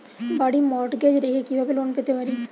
বাড়ি মর্টগেজ রেখে কিভাবে লোন পেতে পারি?